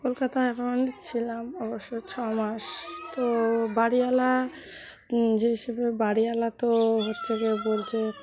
কলকাতায় একবার আমি ছিলাম অবশ্য ছ মাস তো বাড়িওয়ালা যে হিসেবে বাড়িওয়ালা তো হচ্ছে গিয়ে বলছে